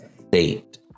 state